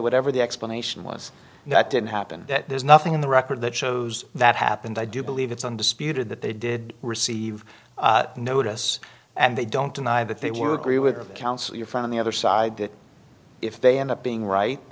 whatever the explanation was that didn't happen that there's nothing in the record that shows that happened i do believe it's undisputed that they did receive notice and they don't deny that they were agree with counsel or from the other side that if they end up being right